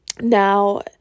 Now